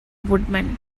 woodman